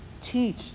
teach